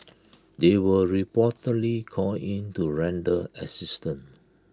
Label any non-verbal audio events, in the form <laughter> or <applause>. they were <noise> reportedly called in to <noise> render assistance